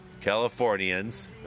Californians